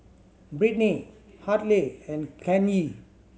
Brittni Hartley and Kanye